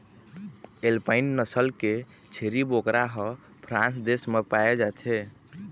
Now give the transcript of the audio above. alpine नसल के छेरी बोकरा ह फ्रांस देश म पाए जाथे